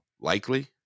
likely